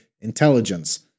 intelligence